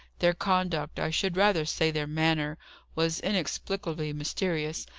their conduct i should rather say their manner was inexplicably mysterious,